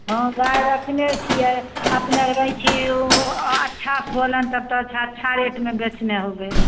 हँ गाय रखने छियै अपने रैंची अच्छा होलन तब तऽ अच्छा रेटमे बेचने होबै